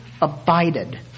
abided